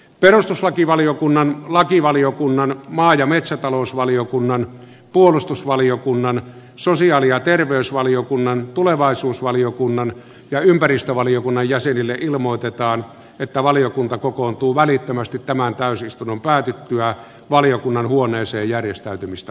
perustuslakivaliokunnan lakivaliokunnan maa ja metsätalousvaliokunnan puolustusvaliokunnan sosiaali ja terveysvaliokunnan tulevaisuusvaliokunnan ja ympäristövaliokunnan jäsenille ilmoitetaan että valiokunta kokoontuu välittömästi tämän varten annan puheenvuoron jouko skinnarille